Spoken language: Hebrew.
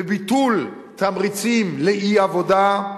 בביטול תמריצים לאי-עבודה.